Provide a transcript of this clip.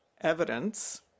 evidence